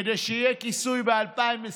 כדי שיהיה כיסוי ב-2021?